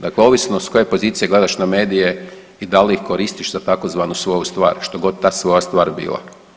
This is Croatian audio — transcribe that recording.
Dakle, ovisno s koje pozicije gledaš na medije i da li ih koristiš za tzv. svoju stvar što god ta svoja stvar bila.